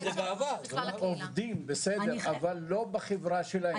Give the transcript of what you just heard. עובדים בסדר, אבל לא בחברה שלהם.